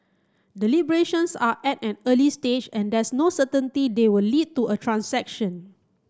deliberations are at an early stage and there's no certainty they will lead to a transaction